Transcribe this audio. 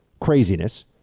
craziness